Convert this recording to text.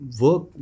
work